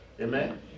Amen